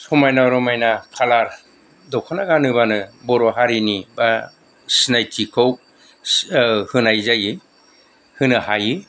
समायना रमायना कालार दख'ना गानोब्लानो बर' हारिनि बा सिनायथिखौ होनाय जायो होनो हायो